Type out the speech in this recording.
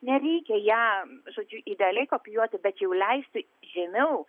nereikia ją žodžiu idealiai kopijuoti bet jau leisti žemiau